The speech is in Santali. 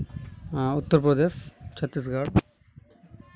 ᱩᱛᱛᱚᱨ ᱯᱨᱚᱫᱮᱥ ᱪᱷᱚᱛᱨᱤᱥᱜᱚᱲ